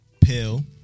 Pill